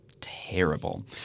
terrible